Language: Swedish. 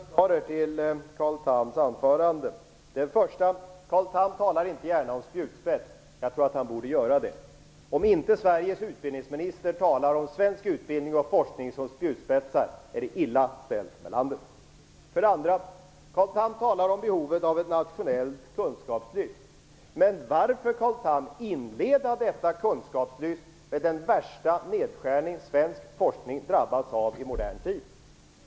Herr talman! Jag vill göra fyra kommentarer till För det första: Carl Tham talar inte gärna om spjutspetsar. Jag tror att han borde göra det. Om inte Sveriges utbildningsminister talar om svensk utbildning och forskning som spjutspetsar är det illa ställt med landet. För det andra: Carl Tham talar om behovet av ett nationellt kunskapslyft. Men varför, Carl Tham, inleda detta kunskapslyft med den värsta nedskärningen svensk forskning drabbats av i modern tid?